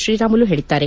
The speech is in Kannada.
ಶ್ರೀರಾಮುಲು ಹೇಳಿದ್ದಾರೆ